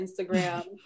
Instagram